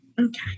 Okay